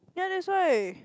ya that why